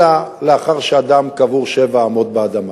אלא לאחר שאדם קבור שבע אמות באדמה,